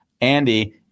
Andy